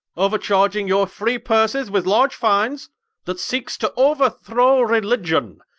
o're-charging your free purses with large fines that seekes to ouerthrow religion,